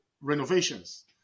renovations